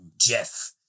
Jeff